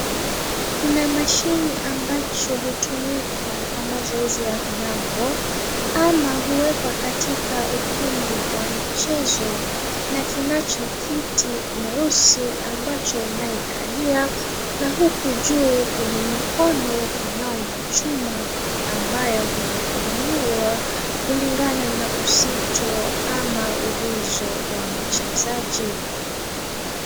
Kuna mashine ambacho hutumika kwa mazoezi ya viango ama huwekwa katika ukumbi wa michezo na kinacho kiti nyeusi ambacho unayokalia na huku juu kwenye mikono kunao machuma ambayo huyainua kulingana na uzito ama uwezo wa mchezaji.